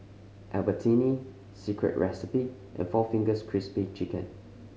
Albertini Secret Recipe and four Fingers Crispy Chicken